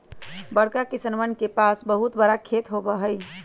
बड़का किसनवन के पास बहुत बड़ा खेत होबा हई